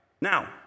Now